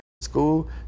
school